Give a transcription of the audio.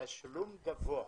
תשלום גבוה